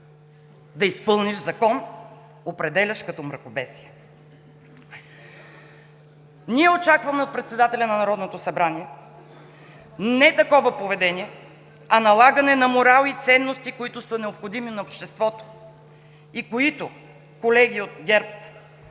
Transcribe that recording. ли си тази жена? КОРНЕЛИЯ НИНОВА: Ние очакваме от председателя на Народното събрание не такова поведение, а налагане на морал и ценности, които са необходими на обществото и които, колеги от ГЕРБ,